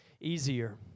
easier